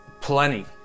Plenty